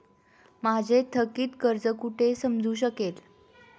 माझे थकीत कर्ज कुठे समजू शकेल?